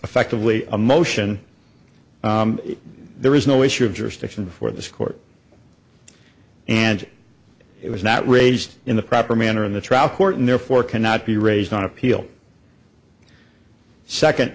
effectively a motion there is no issue of jurisdiction before this court and it was not raised in the proper manner in the trial court and therefore cannot be raised on appeal second